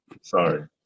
Sorry